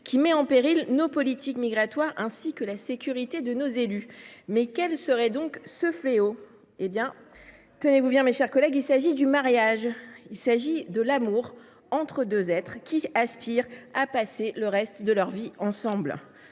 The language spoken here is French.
qui met en péril nos politiques migratoires, ainsi que la sécurité de nos élus ». Mais quel serait donc ce fléau ? Tenez vous bien mes chers collègues, il s’agit du mariage, de l’amour entre deux êtres qui aspirent à passer le reste de leur vie ensemble